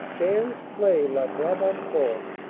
bands play la brabanconne,